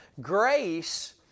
Grace